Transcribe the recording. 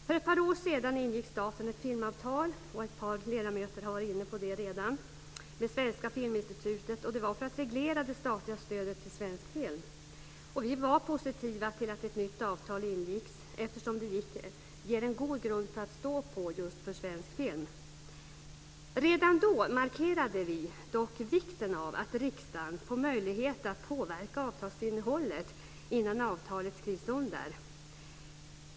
För ett par år sedan ingick staten ett filmavtal - ett par ledamöter har redan varit inne på det - med Svenska Filminstitutet för att reglera det statliga stödet till svensk film. Vi var positiva till att ett nytt avtal ingicks, eftersom det ger en god grund att stå på för svensk film. Redan då markerade vi dock vikten av att riksdagen skulle få möjlighet att påverka avtalsinnehållet innan avtalet skrevs under.